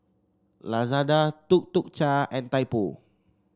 Lazada Tuk Tuk Cha and Typo